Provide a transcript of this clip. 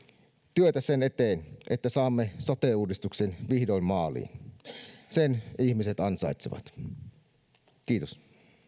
työtä sen eteen että saamme sote uudistuksen vihdoin maaliin sen ihmisen ansaitsevat kiitos